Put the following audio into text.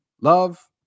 love